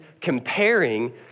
comparing